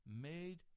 made